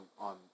on